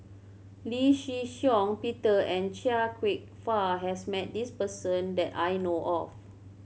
Lee Shih Shiong Peter and Chia Kwek Fah has met this person that I know of